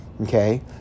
okay